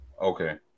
Okay